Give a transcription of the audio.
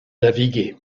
naviguer